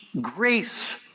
grace